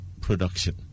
production